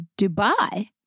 Dubai